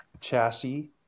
chassis